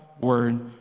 word